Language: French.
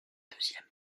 deuxième